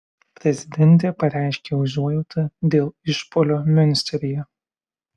prezidentė pareiškė užuojautą dėl išpuolio miunsteryje